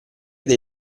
dei